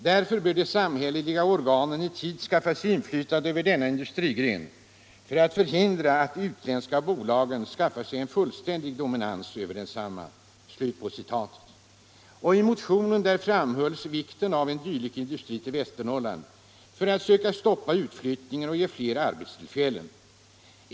Därför bör de samhälleliga organen i tid skaffa sig inflytande över denna industrigren för att förhindra att de utländska oljebolagen skaffar sig fullständig dominans över densamma.” I motionen framhölls vikten av att en dylik industri förlades till Västernorrland för att söka stoppa utflyttningen och ge fler arbetstillfällen.